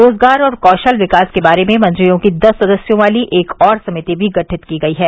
रोजगार और कौशल विकास के बारे में मंत्रियों की दस सदस्यों वाली एक और समिति भी गठित की गई है